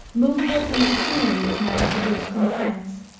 movable painted scenery was now introduced from france,